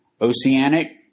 Oceanic